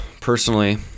personally